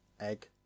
egg